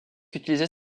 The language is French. utilisait